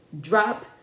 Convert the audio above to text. Drop